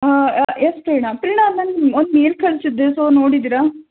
A yes Prerana Prerana ನಾನು ನಿಮ್ಗೆ ಒಂದು ಮೇಲ್ ಕಳಿಸಿದ್ದೆ ಸೊ ನೋಡಿದ್ದೀರಾ